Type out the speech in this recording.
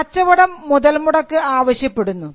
കച്ചവടം മുതൽമുടക്ക് ആവശ്യപ്പെടുന്നു